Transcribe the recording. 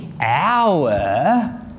hour